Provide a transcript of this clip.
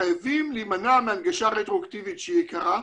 חייבים להימנע מהנגשה רטרואקטיבית שהיא יקרה,